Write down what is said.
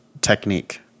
technique